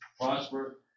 prosper